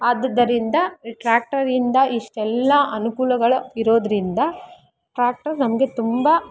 ಆದುದ್ದರಿಂದ ಈ ಟ್ರ್ಯಾಕ್ಟರಿಂದ ಇಷ್ಟೆಲ್ಲಾ ಅನುಕೂಲಗಳು ಇರೋದರಿಂದ ಟ್ರ್ಯಾಕ್ಟರ್ ನಮಗೆ ತುಂಬ